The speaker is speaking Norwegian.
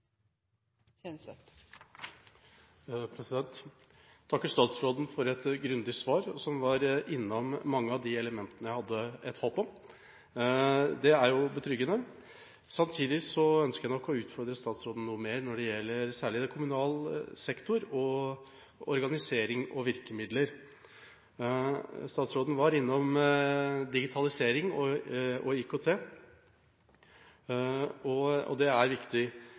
var innom mange av de elementene jeg hadde et håp om. Det er betryggende. Samtidig ønsker jeg å utfordre statsråden noe mer, særlig når det gjelder kommunal sektor og organisering og virkemidler. Statsråden var innom digitalisering og IKT, og det er viktig.